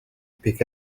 pick